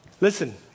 Listen